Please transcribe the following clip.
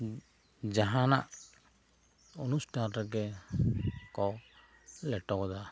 ᱡᱟᱦᱟᱱᱟᱜ ᱟᱹᱱᱩᱥᱴᱷᱟᱱ ᱨᱮᱜᱮ ᱠᱚ ᱞᱮᱴᱚ ᱜᱚᱫᱟ